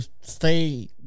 stay